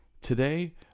Today